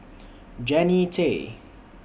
Jannie Tay